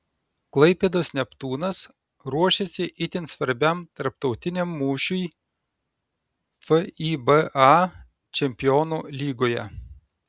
klaipėdos neptūnas ruošiasi itin svarbiam tarptautiniam mūšiui fiba čempionų lygoje